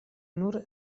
nur